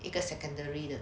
一个 secondary 的